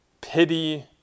pity